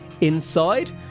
Inside